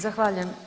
Zahvaljujem.